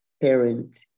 parent